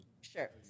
Sure